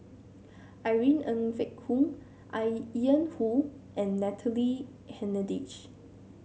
Irene Ng Phek Hoong I Ian Woo and Natalie Hennedige